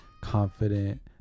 confident